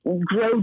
grow